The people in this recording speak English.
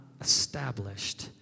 established